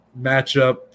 matchup